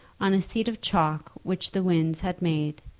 on a seat of chalk which the winds had made,